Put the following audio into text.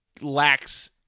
lacks